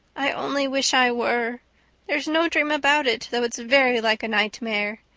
i only wish i were there's no dream about it, though it's very like a nightmare.